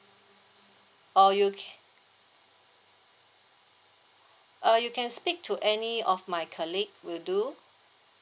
or you can uh you can speak to any of my colleague will do